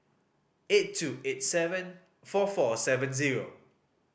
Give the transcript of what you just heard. eight two eight seven four four seven zero